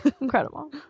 Incredible